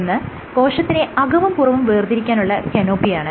ഒന്ന് കോശത്തിനെ അകവും പുറവും വേർതിരിക്കാനുള്ള കനോപ്പിയാണ്